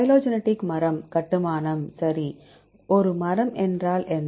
phylogenetic மரம் கட்டுமானம் சரி ஒரு மரம் என்றால் என்ன